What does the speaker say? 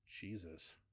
jesus